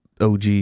OG